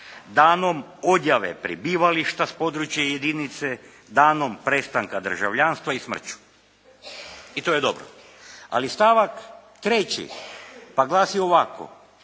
Danom odjave prebivališta s područja jedinice, danom prestanka državljanstva i smrću. I to je dobro. Ali stavak 3. pa glasi ovako: